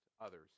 others